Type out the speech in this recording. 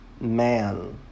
man